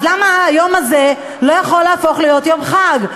אז למה היום הזה לא יכול להפוך להיות יום חג?